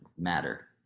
matter